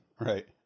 Right